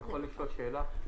אני יכול לשאול שאלה?